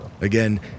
Again